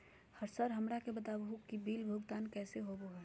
Sir हमरा के बता हो कि बिल भुगतान कैसे होबो है?